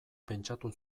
pentsatu